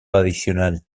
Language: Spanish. adicional